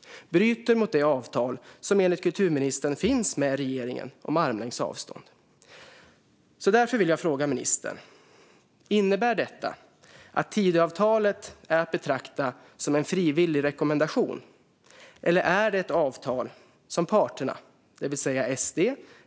De bryter mot det avtal som enligt kulturministern finns med regeringen om armlängds avstånd. Därför vill jag fråga ministern: Innebär detta att Tidöavtalet är att betrakta som en frivillig rekommendation? Eller är det ett avtal som parterna, det vill säga SD,